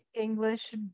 English